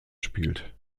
spielt